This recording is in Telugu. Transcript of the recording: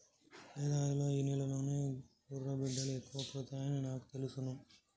యాడాదిలో ఈ నెలలోనే గుర్రబిడ్డలు ఎక్కువ పుడతాయని నాకు తెలుసును